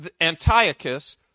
Antiochus